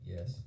Yes